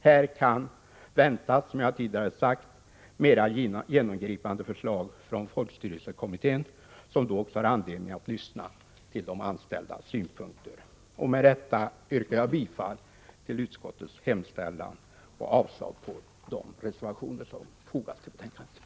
Här kan väntas, som jag tidigare sagt, mera genomgripande förslag från folkstyrelsekommittén, som får anledning att lyssna till de anställdas synpunkter. Med detta yrkar jag bifall till utskottets hemställan och avslag på de reservationer som fogats till betänkandet.